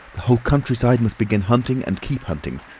the whole country-side must begin hunting and keep hunting.